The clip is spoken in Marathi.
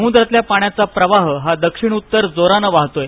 समुद्रातल्या पाण्याचा प्रवाह हा दक्षिण उत्तर जोराने वाहत आहे